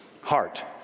heart